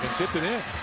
tipped it in.